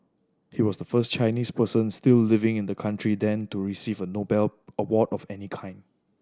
he was the first Chinese person still living in the country then to receive a Nobel award of any kind